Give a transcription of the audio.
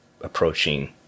approaching